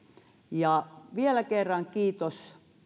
vielä kerran kiitos